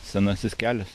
senasis kelias